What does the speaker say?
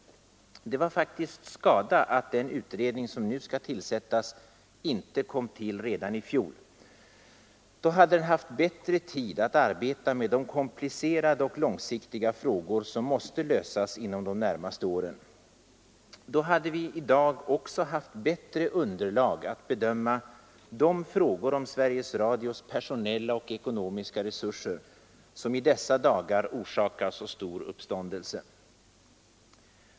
Det var faktiskt skada att den utredning som nu skall tillsättas inte kom till redan i fjol. Då hade den haft bättre tid att arbeta med de komplicerade och långsiktiga frågor som måste lösas inom de närmaste åren. Då hade vi i dag också haft bättre underlag att bedöma de frågor om Sveriges Radios personella och ekonomiska resurser som i dessa dagar orsakar så stor uppståndelse.